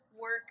work